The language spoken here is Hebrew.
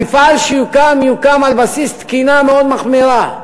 המפעל שיוקם יוקם על בסיס תקינה מאוד מחמירה.